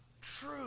True